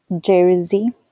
Jersey